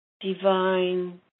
divine